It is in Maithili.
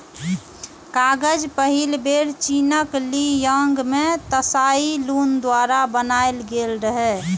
कागज पहिल बेर चीनक ली यांग मे त्साई लुन द्वारा बनाएल गेल रहै